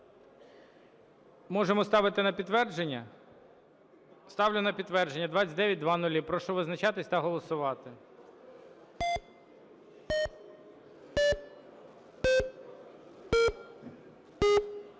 Можемо ставити на підтвердження? Ставлю на підтвердження 2900. Прошу визначатись та голосувати.